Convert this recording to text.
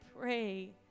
pray